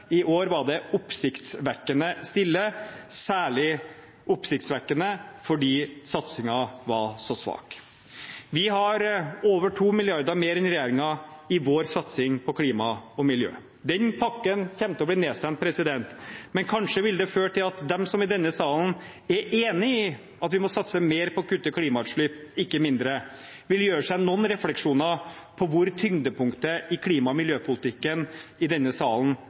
I år var det oppsiktsvekkende stille – særlig oppsiktsvekkende fordi satsingen var så svak. Vi har over 2 mrd. kr mer enn regjeringen i vår satsing på klima og miljø. Den pakken kommer til å bli nedstemt, men kanskje vil det føre til at de som i denne salen er enig i at vi må satse mer på å kutte klimautslipp, ikke mindre, vil gjøre seg noen refleksjoner rundt hvor tyngdepunktet i klima- og miljøpolitikken i denne salen